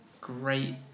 great